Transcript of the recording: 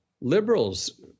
liberals